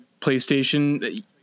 PlayStation